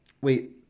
Wait